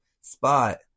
spot